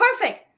perfect